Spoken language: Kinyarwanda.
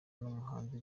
n’umuhanzi